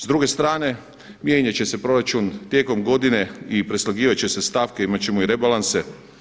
S druge strane, mijenjat će se proračun tijekom godine i preslagivat će se stavke, imat ćemo i rebalanse.